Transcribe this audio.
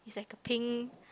it's like a pink